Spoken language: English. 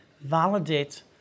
validate